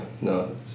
no